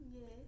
yes